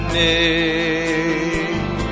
name